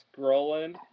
scrolling